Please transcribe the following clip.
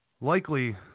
likely